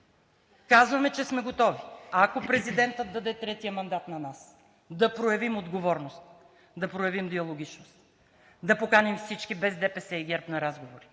казваме, че сме готови, ако президентът даде третия мандат на нас, да проявим отговорност, да проявим диалогичност, да поканим всички, без ДПС и ГЕРБ, на разговори,